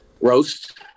roast